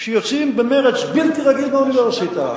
שיוצאים במרץ בלתי רגיל מהאוניברסיטה,